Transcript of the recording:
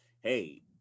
hey